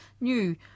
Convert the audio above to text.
new